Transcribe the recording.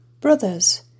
Brothers